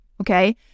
okay